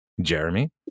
jeremy